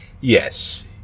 yes